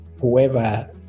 whoever